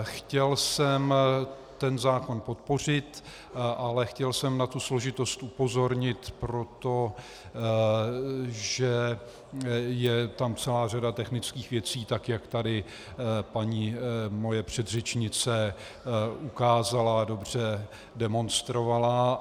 Chtěl jsem ten zákon podpořit, ale chtěl jsem na tu složitost upozornit, protože je tam celá řada technických věcí, tak jak tady paní moje předřečnice ukázala, dobře demonstrovala.